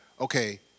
okay